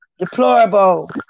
Deplorable